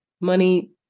money